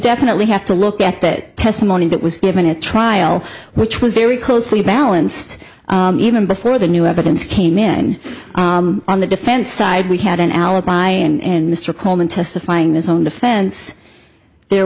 definitely have to look at that testimony that was given a trial which was very closely balanced even before the new evidence came in on the defense side we had an alibi and mr coleman testifying in his own defense the